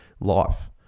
life